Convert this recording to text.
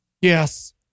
Yes